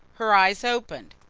her eyes opened.